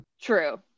True